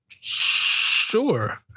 sure